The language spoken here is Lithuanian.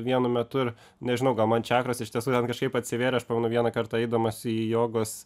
vienu metu ir nežinau gal man čakros iš tiesų ten kažkaip atsivėrė aš pamenu vieną kartą eidamas į jogos